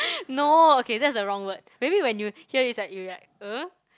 no okay that is a wrong word maybe when you hear is like you like uh